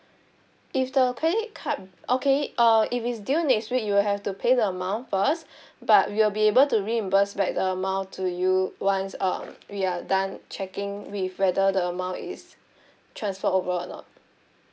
if the credit card okay uh if it's due next week you'll have to pay the amount first but we will be able to reimburse back the amount to you once um we are done checking with whether the amount is transfer over or not